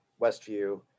Westview